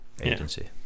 agency